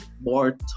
more